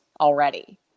already